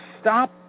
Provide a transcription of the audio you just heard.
Stop